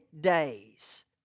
days